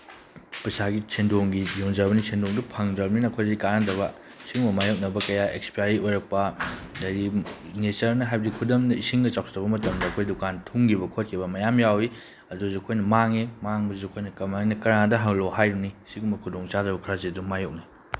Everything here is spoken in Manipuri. ꯄꯩꯁꯥꯒꯤ ꯁꯦꯟꯗꯣꯡꯒꯤ ꯌꯣꯟꯖꯕꯅꯤ ꯁꯦꯟꯗꯣꯡꯗꯣ ꯐꯪꯗ꯭ꯔꯕꯅꯤꯅ ꯑꯩꯈꯣꯗꯗꯤ ꯀꯥꯟꯅꯗꯕ ꯁꯤꯒꯨꯝꯕ ꯃꯥꯏꯌꯣꯛꯅꯕ ꯀꯌꯥ ꯑꯦꯛꯁꯄꯥꯏꯔꯤ ꯑꯣꯏꯔꯛꯄ ꯑꯗꯒꯤ ꯅꯦꯆꯔꯅ ꯍꯥꯏꯕꯗꯤ ꯈꯨꯗꯝ ꯑꯣꯏꯅ ꯏꯁꯤꯡꯒ ꯆꯥꯎꯁꯤꯜꯂꯛꯄ ꯃꯇꯝꯗ ꯑꯩꯈꯣꯏ ꯗꯨꯀꯥꯟ ꯊꯨꯝꯈꯤꯕ ꯈꯣꯠꯈꯤꯕ ꯃꯌꯥꯝ ꯌꯥꯎꯏ ꯑꯗꯨꯁꯨ ꯑꯩꯈꯣꯏꯅ ꯃꯥꯡꯉꯦ ꯃꯥꯡꯕꯗꯨꯁꯨ ꯑꯩꯈꯣꯏꯅ ꯀꯃꯥꯏꯅ ꯀꯅꯥꯗ ꯍꯜꯂꯨ ꯍꯥꯏꯔꯨꯅꯤ ꯁꯤꯒꯨꯝꯕ ꯈꯨꯗꯣꯡ ꯆꯥꯗꯕꯁꯦ ꯑꯗꯨꯝ ꯃꯥꯏꯌꯣꯛꯅꯩ